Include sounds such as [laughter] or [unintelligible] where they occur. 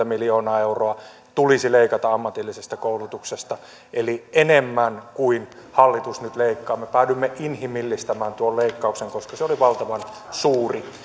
[unintelligible] miljoonaa euroa tulisi leikata ammatillisesta koulutuksesta eli enemmän kuin hallitus nyt leikkaa me päädyimme inhimillistämään tuon leikkauksen koska se oli valtavan suuri